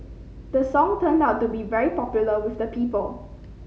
the song turned out to be very popular with the people